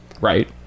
Right